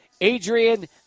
Adrian